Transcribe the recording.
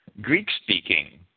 Greek-speaking